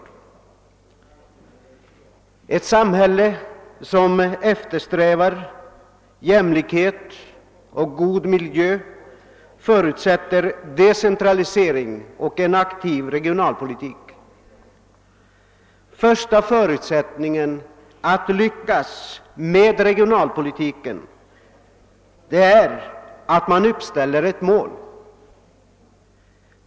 I ett samhälle som eftersträvar jämlikhet och god miljö måste man ha decentralisering och föra en aktiv regionalpolitik. Första förutsättningen för att lyckas med regionalpolitiken är att uppställa ett mål.